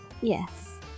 Yes